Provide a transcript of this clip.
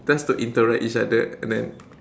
just to interact each other and then